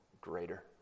greater